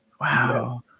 Wow